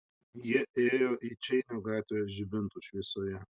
jie ėjo į čeinio gatvę žibintų šviesoje